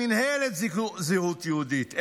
מינהלת זהות יהודית,